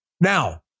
Now